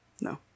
No